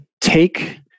take